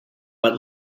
but